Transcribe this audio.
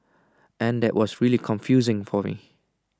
and that was really confusing for me